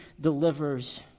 delivers